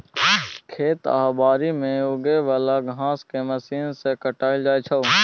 खेत आ बारी मे उगे बला घांस केँ मशीन सँ काटल जाइ छै